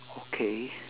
okay